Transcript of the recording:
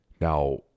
Now